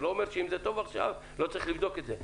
זה לא אומר שאם זה טוב עכשיו אז לא צריך לבדוק את זה.